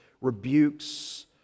rebukes